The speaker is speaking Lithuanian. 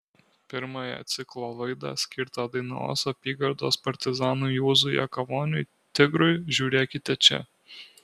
pirmąją ciklo laidą skirtą dainavos apygardos partizanui juozui jakavoniui tigrui žiūrėkite čia